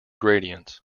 gradients